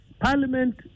parliament